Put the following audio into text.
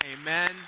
Amen